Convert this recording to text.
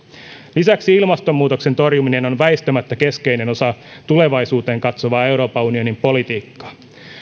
lisäksi ilmastonmuutoksen torjuminen on väistämättä keskeinen osa tulevaisuuteen katsovaa euroopan unionin politiikkaa